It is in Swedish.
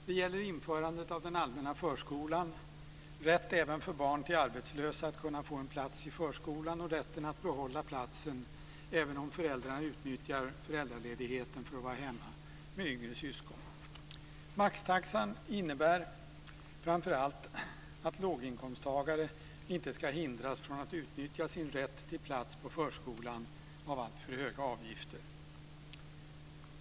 Det gäller införandet av den allmänna förskolan, rätt även för barn till arbetslösa att kunna få en plats i förskolan och rätt att behålla platsen även om föräldrarna utnyttjar föräldraledigheten för att vara hemma med yngre syskon. Maxtaxan innebär framför allt att låginkomsttagare inte ska hindras från att utnyttja sin rätt till plats i förskolan av alltför höga avgifter.